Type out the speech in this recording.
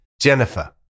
Jennifer